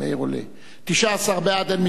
נא להצביע, מי בעד?